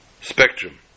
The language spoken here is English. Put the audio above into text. spectrum